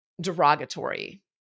derogatory